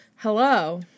Hello